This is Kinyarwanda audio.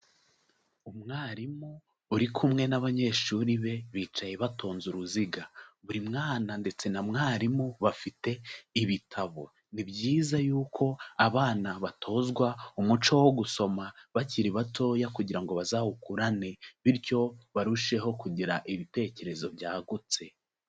Umwarimu uri kumwe n'abanyeshuri be bicaye batonze uruziga, buri mwana ndetse na mwarimu bafite ibitabo, ni byiza y'uko abana batozwa umuco wo gusoma bakiri batoya kugira ngo bazawukurane bityo barusheho kugira ibitekerezo byagutse.